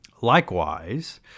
Likewise